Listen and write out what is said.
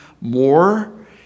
more